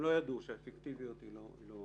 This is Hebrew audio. הם לא ידעו שהאפקטיביות היא לא אמיתית.